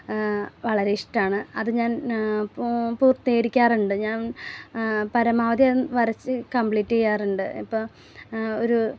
വളരെ ഇഷ്ട്ടമാണ് അത് ഞാൻ ഇപ്പോൾ പൂർത്തീകരിക്കാറുണ്ട് ഞാൻ പരമാവധി വരച്ച് കമ്പ്ലീറ്റ് ചെയ്യാറുണ്ട് ഇപ്പം ഒരു